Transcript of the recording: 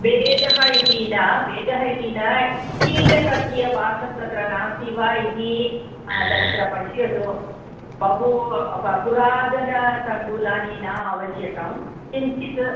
भेदः इति न भेदः इति न कीटकस्य वासं तत्र नास्ति वा इति तत्र पश्यतु बहु प पुरातनतण्डुलानि न आवश्यकं किञ्चित्